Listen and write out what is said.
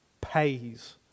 pays